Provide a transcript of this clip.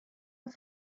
was